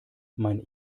mein